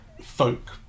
folk